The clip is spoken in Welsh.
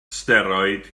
steroid